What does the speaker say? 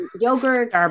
yogurt